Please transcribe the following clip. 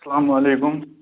السلامُ علیکُم